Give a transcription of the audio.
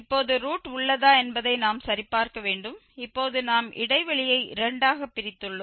இப்போது ரூட் உள்ளதா என்பதை நாம் சரிபார்க்க வேண்டும் இப்போது நாம் இடைவெளியை இரண்டாகப் பிரித்துள்ளோம்